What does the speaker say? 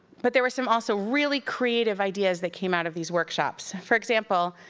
but there were some also really creative ideas that came out of these workshops. for example,